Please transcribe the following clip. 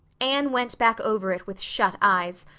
anne went back over it with shut eyes,